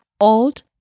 old